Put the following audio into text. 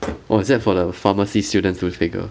or is that for the pharmacy students to figure